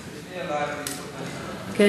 אז תפני אליי, כן.